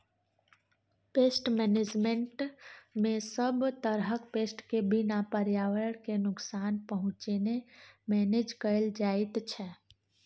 pest मेनेजमेन्टमे सब तरहक पेस्ट केँ बिना पर्यावरण केँ नुकसान पहुँचेने मेनेज कएल जाइत छै